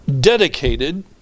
dedicated